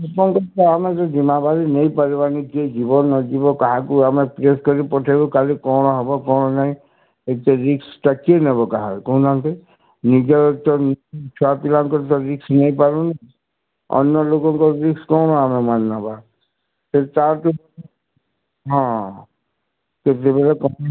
ଆମେ ଯିବା ଭେରି ନେଇ ପାରିବାନି ଯିବ ନ ଯିବ କାହାକୁ ଆମେ ପ୍ରେସ୍ କରି ପଠାଇବା କାଲି କ'ଣ ହେବ କ'ଣ ନାଇଁ ଏତେ ରିକ୍ସଟା କିଏ ନେବ କାହାର କହୁ ନାହାନ୍ତି ନିଜର ତ ଛୁଆ ପିଲାଙ୍କର ତ ରିକ୍ସ ନେଇ ପାରୁନି ଅନ୍ୟ ଲୋକଙ୍କର ରିକ୍ସ କ'ଣ ଆମେ ମାନେ ନେବା ସେ ତାର ତ ହଁ ସେ ଯୋଉ ଭଳିଆ